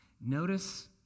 notice